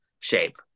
shape